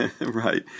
Right